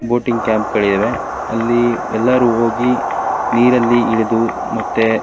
boating ಕ್ಯಾಂಪ್ಗಳಿವೆ ಅಲ್ಲಿ ಎಲ್ಲರೂ ಹೋಗಿ ನೀರಲ್ಲಿ ಇಳಿದು ಮತ್ತೆ